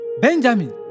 Benjamin